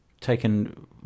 taken